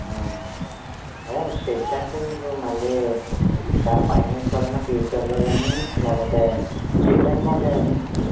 అదే షెడ్ అంటే మీకు మళ్ళీ ఒకవేళ పైన వేసుకోవాలన్నా ఫ్యూచర్లో కాని లేకపోతే షెడ్ అనుకోండి